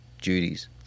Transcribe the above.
duties